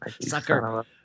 Sucker